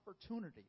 opportunities